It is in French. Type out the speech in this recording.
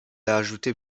ajoutées